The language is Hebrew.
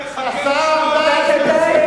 השר ארדן.